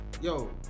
Yo